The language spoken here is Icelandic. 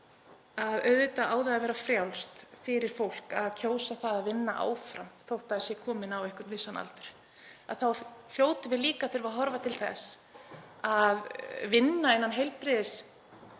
að auðvitað á það að vera frjálst fyrir fólk að kjósa að vinna áfram þótt það sé komið á einhvern vissan aldur en við hljótum líka að þurfa að horfa til þess að vinnu innan heilbrigðisstofnana,